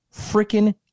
freaking